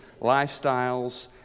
lifestyles